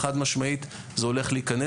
חד-משמעית שזה הולך להיכנס.